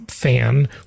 fan